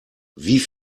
wie